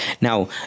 Now